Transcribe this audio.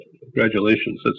congratulations